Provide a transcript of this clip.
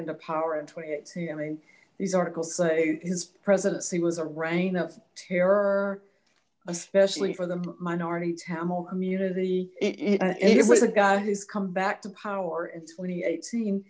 into power in twenty eight i mean these articles say his presidency was a reign of terror especially for the minority tamil community it was a guy who's come back to power in twenty eight seen